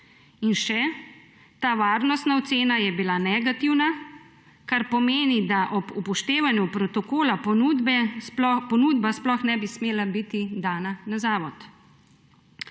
In še. Ta varnostna ocena je bila negativna, kar pomeni, da ob upoštevanju protokola ponudba sploh ne bi smela biti dana na zavod.